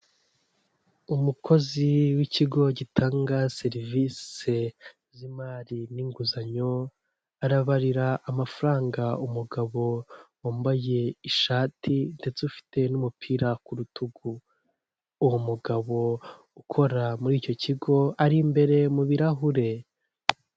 Umukozi w'ikigo gitanga serivisi z'imari n'inguzanyo; arabarira amafaranga umugabo wambaye ishati ndetse ufite n'umupira ku rutugu; uwo umugabo ukora muri icyo kigo ari imbere mu birahure.